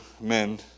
men